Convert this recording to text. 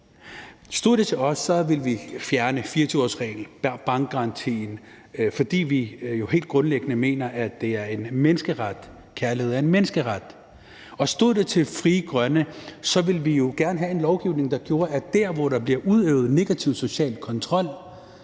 Stod det til os, ville vi fjerne 24-årsreglen og bankgarantien, fordi vi jo helt grundlæggende mener, at kærlighed er en menneskeret. Og stod det til Frie Grønne, ville vi jo gerne have en lovgivning, der gjorde, at vi, dér, hvor der bliver udøvet negativ social kontrol,